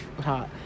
hot